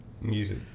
music